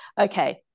okay